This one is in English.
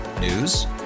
News